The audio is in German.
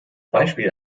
beispiel